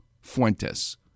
Fuentes